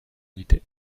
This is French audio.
étaient